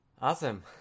Awesome